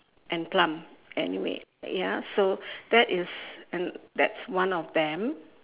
and plum anyway ya so that is and that's one of them